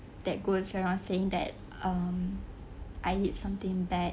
that goes around saying that um I did something bad